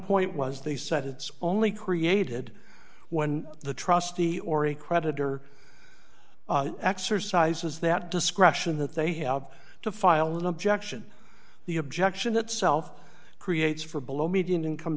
point was they said it's only created when the trustee or a creditor exercises that discretion that they have to file an objection the objection itself creates for below median income